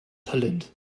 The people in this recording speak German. talent